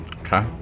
Okay